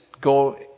go